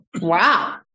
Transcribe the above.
Wow